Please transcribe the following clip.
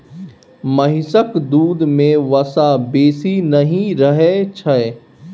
महिषक दूध में वसा बेसी नहि रहइ छै